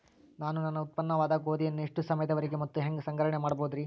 ನಾನು ನನ್ನ ಉತ್ಪನ್ನವಾದ ಗೋಧಿಯನ್ನ ಎಷ್ಟು ಸಮಯದವರೆಗೆ ಮತ್ತ ಹ್ಯಾಂಗ ಸಂಗ್ರಹಣೆ ಮಾಡಬಹುದುರೇ?